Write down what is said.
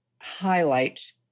highlight